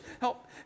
Help